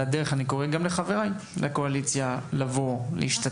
הדרך אני קורא גם לחבריי לקואליציה לבוא ולהשתתף.